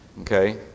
Okay